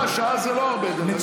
שעה זה לא הרבה, דרך אגב.